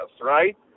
right